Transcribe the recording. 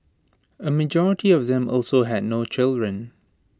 A majority of them also had no children